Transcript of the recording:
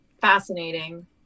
Fascinating